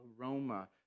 aroma